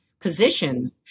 positions